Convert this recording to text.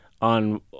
on